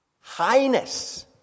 highness